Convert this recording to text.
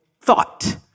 thought